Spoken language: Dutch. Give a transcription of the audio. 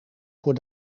voor